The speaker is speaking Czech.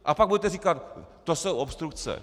A pak budete říkat: to jsou obstrukce.